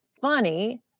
funny